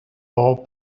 all